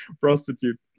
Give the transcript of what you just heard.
prostitute